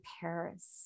Paris